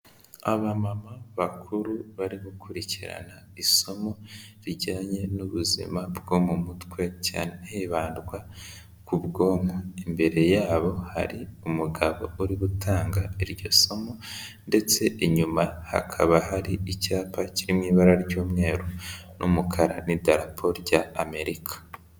Abamama bakuru bari gukurikirana isomo rijyanye n'ubuzima bwo mu mutwe, cyane hibandwa ku bwonko, imbere yabo hari umugabo uri gutanga iryo somo, ndetse inyuma hakaba hari icyapa kiri mu ibara ry'umweru n'umukara, n'idarapo ry'Amerika.